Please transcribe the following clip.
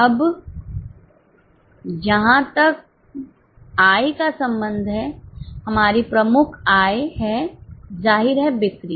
अब जहां तक आय का संबंध है हमारी प्रमुख आय है जाहिर है बिक्री